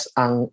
ang